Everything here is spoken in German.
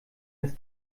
des